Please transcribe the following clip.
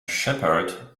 shepherd